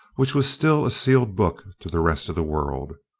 which was still a sealed book to the rest of the world.